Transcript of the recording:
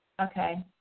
Okay